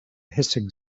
hissing